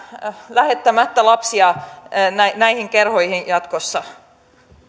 lähettämättä lapsia näihin näihin kerhoihin jatkossa